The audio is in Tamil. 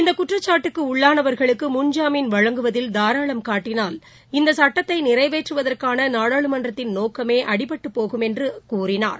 இந்தகுற்றச்சாட்டுக்குஉள்ளானவர்களுக்குமுன்ஜாமீன் வழங்குவதில் தாராளம் காட்டினால் இந்தசுட்டத்தைநிறைவேற்றுவதற்கானநாடாளுமன்றத்தின் நோக்கமேஅடிபட்டுபோய்விடும் என்றுகூறினார்